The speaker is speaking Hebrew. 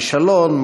לכישלון,